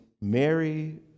Mary